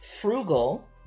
Frugal